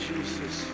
Jesus